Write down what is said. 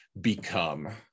become